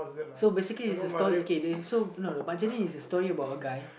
so basically it's a story okay then so no no no Margarine is a story about a guy